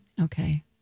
Okay